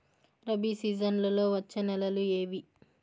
రబి సీజన్లలో వచ్చే నెలలు ఏవి?